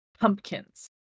Pumpkins